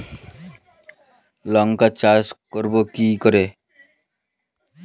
লঙ্কা চাষ করব কি করে?